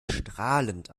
strahlend